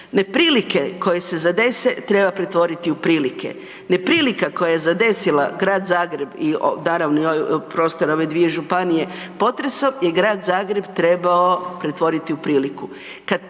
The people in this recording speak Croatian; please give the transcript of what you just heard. Neprilike koje se zadese treba pretvoriti u prilike. Neprilika koja je zadesila grad Zagreb i naravno prostora ove dvije županije potresom je grad Zagreb trebao pretvoriti u priliku.